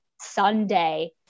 Sunday